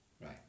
Right